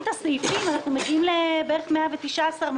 אין הבדל בין ילדי מעיין החינוך התורני לכל ילד אחר.